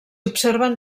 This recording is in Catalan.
observen